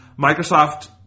Microsoft